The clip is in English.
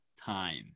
time